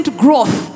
growth